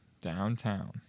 downtown